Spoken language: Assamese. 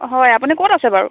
হয় আপুনি ক'ত আছে বাৰু